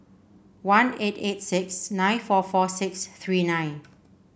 one eight eight six nine four four six three nine